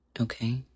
Okay